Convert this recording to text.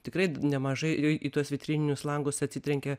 tikrai nemažai į tuos vitrininius langus atsitrenkia